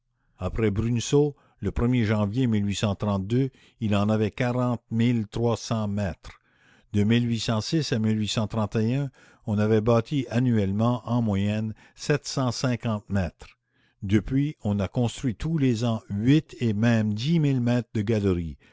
après bruneseau le er janvier il en avait quarante mille trois cents mètres de à on avait bâti annuellement en moyenne sept cent cinquante mètres depuis on a construit tous les ans huit et même dix mille mètres de galeries